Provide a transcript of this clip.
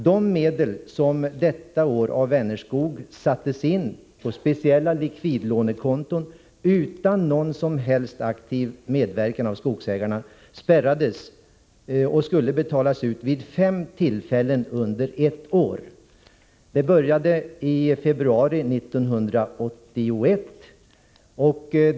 De medel som detta år av Vänerskog satts in på speciella likvidlånekonton, utan någon som helst aktiv medverkan av skogsägarna, spärrades och skulle betalas ut vid fem tillfällen under ett år, med början i februari 1981.